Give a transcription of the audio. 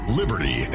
liberty